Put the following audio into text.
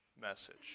message